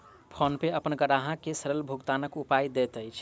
PhonePe अपन ग्राहक के सरल भुगतानक उपाय दैत अछि